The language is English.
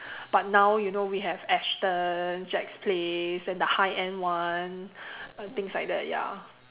but now you know we have Astons Jack's-place and the high end one uh things like that ya